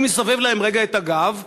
הוא מסובב אליהם רגע את הגב,